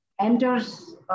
enters